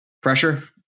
Pressure